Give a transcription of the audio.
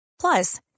Plus